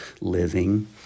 living